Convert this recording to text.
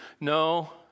no